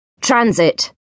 transit